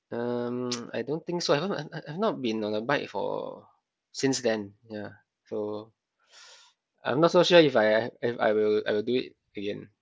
um I don't think so I've I've I've not been on a bike for since then ya so I'm not so sure if I if I will I will do it again